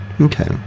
Okay